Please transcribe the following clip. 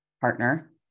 partner